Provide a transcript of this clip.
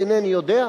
אינני יודע,